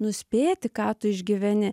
nuspėti ką tu išgyveni